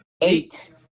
Eight